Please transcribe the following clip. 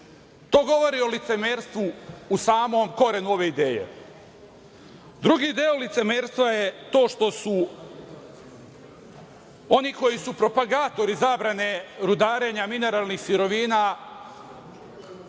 To govori o licemerstvu u samom korenu ove ideje. Drugi deo licemerstva je to što su oni koji su propagatori zabrane rudarenja mineralnih sirovina